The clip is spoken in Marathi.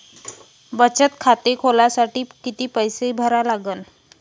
बचत खाते खोलासाठी किती पैसे भरा लागन?